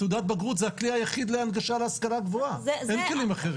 תעודת בגרות שה הכלי היחיד להנגשה להשכלה גבוהה אין כלים אחרים.